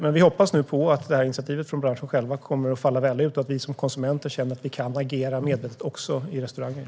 Men vi hoppas nu på att initiativet från branschen kommer att falla väl ut och att vi som konsumenter kommer att känna att vi kan agera medvetet också i restauranger.